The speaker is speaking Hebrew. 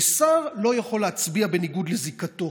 ושר לא יכול להצביע בניגוד לזיקתו,